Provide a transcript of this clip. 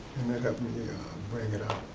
and they had me bring it out.